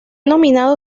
nominado